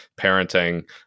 parenting